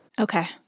Okay